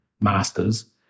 masters